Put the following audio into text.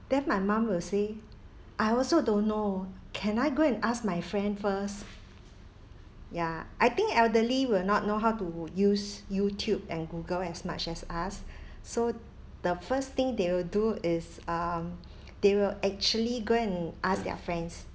then my mum will say I also don't know can I go and ask my friend first ya I think elderly will not know how to use youtube and google as much as us so the first thing they will do is um they will actually go and ask their friends